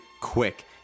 quick